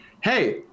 Hey